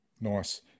Nice